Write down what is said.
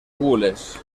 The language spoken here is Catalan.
gules